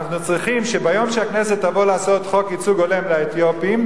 אנחנו צריכים שביום שהכנסת תבוא לעשות חוק ייצוג הולם לאתיופים,